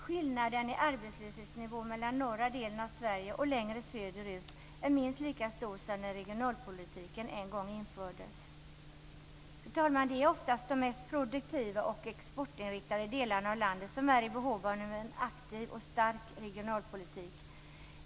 Skillnaden i arbetslöshetsnivå mellan den norra delen och de sydligare delarna av Sverige är minst lika stor som när regionalpolitiken en gång infördes. Fru talman! Det är oftast de mest produktiva och exportinriktade delarna av landet som är i behov av en aktiv och stark regionalpolitik.